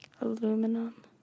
aluminum